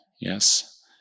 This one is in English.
Yes